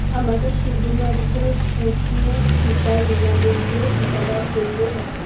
আমাকে শুধুমাত্র স্পুটনিক টিকার বিনামূল্যে টিকাদান কেন্দ্র দেখান